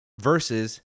versus